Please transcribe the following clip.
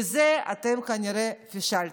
בזה אתם כנראה פישלתם,